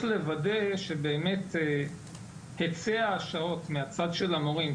לוודא שבאמת היצע השעות מהצד של המורים,